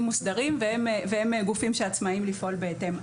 מוסדרים והם גופים שעצמאיים לפעול בהתאם.